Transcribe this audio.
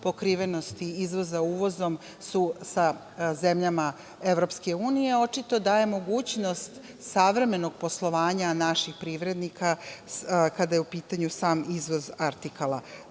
pokrivenosti izvoza uvozom su sa zemljama EU, očito da je mogućnost savremenog poslovanja naših privrednika, kada je u pitanju sam izvoz artikala. Znači,